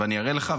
אני אראה לך,